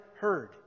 heard